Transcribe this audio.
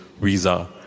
visa